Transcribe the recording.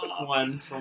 one